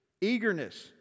eagerness